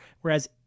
whereas